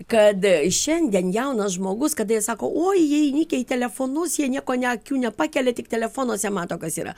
kad šiandien jaunas žmogus kada jis sako oi jie įnikę į telefonus jie nieko ne akių nepakelia tik telefonuose mato kas yra